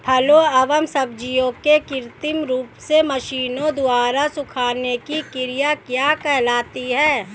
फलों एवं सब्जियों के कृत्रिम रूप से मशीनों द्वारा सुखाने की क्रिया क्या कहलाती है?